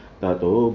tato